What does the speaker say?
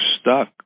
stuck